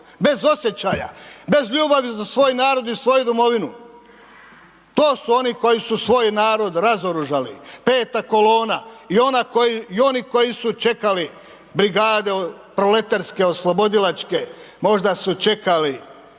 bez osjećaja, bez ljubavi za svoj narod i svoju domovinu, to su oni koji su svoj narod razoružali, peta kolona i ona, i oni koji su čekali brigade, proleterske oslobodilačke, možda su čekali